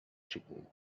chicken